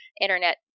internet